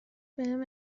بهم